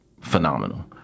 phenomenal